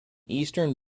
eastern